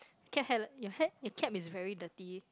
cap hella your hat your cap is very dirty